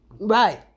right